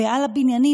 ועל הבניינים,